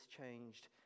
changed